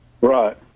Right